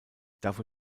dafür